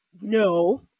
no